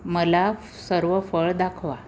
मला फ् सर्व फळ दाखवा